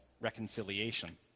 reconciliation